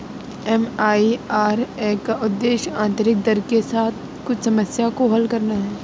MIRR का उद्देश्य आंतरिक दर के साथ कुछ समस्याओं को हल करना है